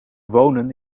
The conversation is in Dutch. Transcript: wonen